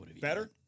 Better